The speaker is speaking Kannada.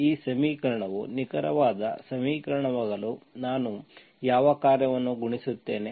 ಈ ಸಮೀಕರಣವು ನಿಖರವಾದ ಸಮೀಕರಣವಾಗಲು ನಾನು ಯಾವ ಕಾರ್ಯವನ್ನು ಗುಣಿಸುತ್ತೇನೆ